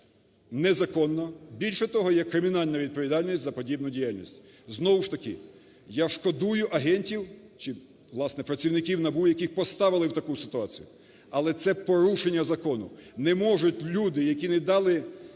незаконно. Більше того, як кримінальна відповідальність за подібну діяльність. Знову ж таки, я шкодую агентів чи, власне, працівників НАБУ, яких поставили в таку ситуацію, але це порушення закону. Не можуть люди, які не дали